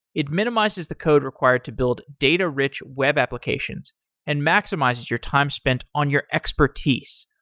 it minimizes the code required to build data-rich web applications and maximizes your time spent on your expertise.